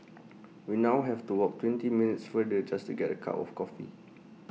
we now have to walk twenty minutes farther just to get A cup of coffee